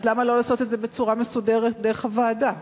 למה לא לעשות את זה בצורה מסודרת דרך הוועדה?